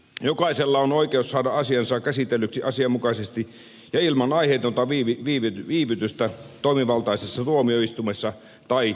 jokaisella on oikeus saada asiansa käsitellyksi asianmukaisesti ja ilman aiheetonta viivytystä toimivaltaisessa tuomioistuimessa tai viranomaisessa